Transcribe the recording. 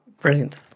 Brilliant